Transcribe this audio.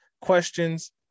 questions